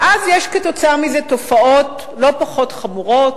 כתוצאה מזה יש תופעות לא פחות חמורות,